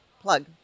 plug